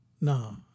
No